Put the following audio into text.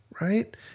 right